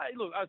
look